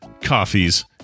coffees